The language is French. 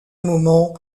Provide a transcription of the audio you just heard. moment